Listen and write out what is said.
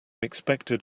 expected